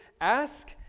ask